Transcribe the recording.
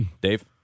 Dave